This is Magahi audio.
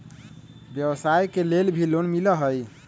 व्यवसाय के लेल भी लोन मिलहई?